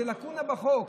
זאת לקונה בחוק,